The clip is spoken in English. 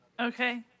Okay